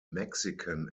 mexican